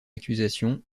accusation